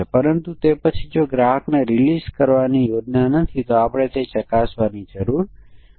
અને ચાલો ધારી લઈએ કે કર્મચારીઓ માટેની માન્ય વય 1 થી 100 છે અથવા 18 1 થી 100 હોઈ શકે છે